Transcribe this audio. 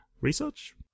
research